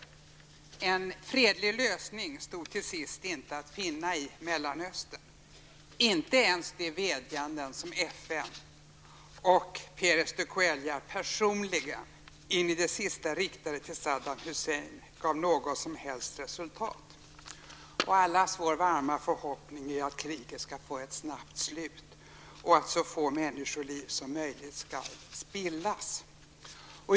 En fredlig lösning stod till sist inte att finna i Mellanöstern. Inte ens de vädjanden som FN och Pérez de Cuellar personligen in i det sista riktade till Saddam Hussein gav något som helst resultat. Allas vår varma förhoppning är att kriget skall få ett snabbt slut och att så få människoliv som möjligt skall spillas.